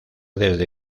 desde